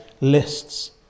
lists